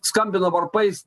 skambino varpais